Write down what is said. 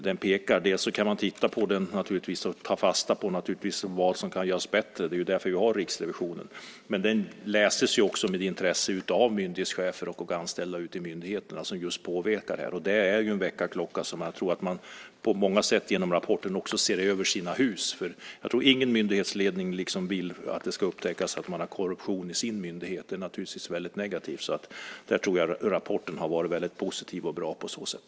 Man kan naturligtvis titta på den och ta fasta på vad som kan göras bättre. Det är ju därför vi har Riksrevisionen. Men den läses också med intresse av myndighetschefer och anställda ute i myndigheterna. Det är en väckarklocka. Jag tror att man på många sätt, genom rapporten, också ser över sina hus. Jag tror nämligen inte att någon myndighetsledning vill att det ska upptäckas att man har korruption i sin myndighet. Det är naturligtvis väldigt negativt. Jag tror att rapporten har varit väldigt positiv och bra på så sätt.